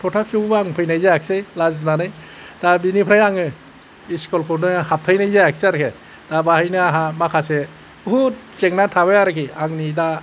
थ'थाफिअ' आं फैनाय जायासै लाजिनानै दा बिनिफ्राय आङो स्कुल खौनो हाबथायनाय जायासै आरोखि दा बाहायनो आंहा माखासे बहुथ जेंना थाबाय आरोखि आंनि दा